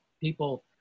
people